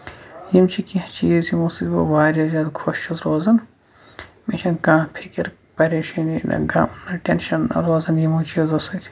یِم چھِ کیٚنٛہہ چیٖز یِمو سۭتۍ بہٕ واریاہ زیادٕ خۄش چھُس روزان مےٚ چھےٚ نہٕ کانٛہہ فِکِر پَریشٲنی نہَ غم نہَ ٹیٚنٛشن روزان یِمو چیٖزو سۭتۍ